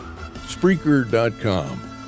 Spreaker.com